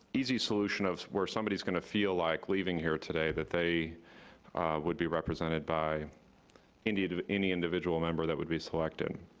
easy solution where somebody's gonna feel like leaving here today that they would be represented by any sort of any individual member that would be selected,